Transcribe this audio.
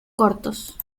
cortos